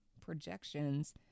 projections